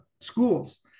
schools